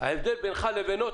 ההבדל בינך לבין הזוגות,